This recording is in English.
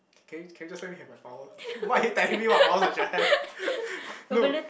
can you can you just let me have my power why are you telling me what power I should have look